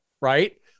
right